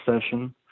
session